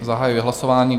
Zahajuji hlasování.